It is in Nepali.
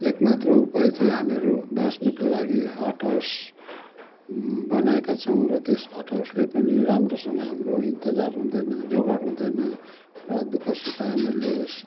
एक मात्र उपाय चाहिँ हामीहरू बाँच्नको लागि हट हाउस बनाएका छौँ र त्यस हटहाउसले पनि राम्रोसँग हाम्रो इन्तजार हुँदैन जोगाड हुँदैन र दुःख सुख हामीले यस